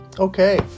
Okay